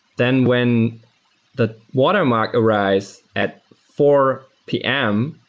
then when that watermark arise at four pm,